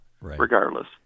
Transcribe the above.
regardless